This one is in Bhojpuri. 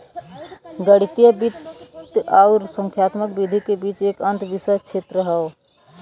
गणितीय वित्त आउर संख्यात्मक विधि के बीच एक अंतःविषय क्षेत्र हौ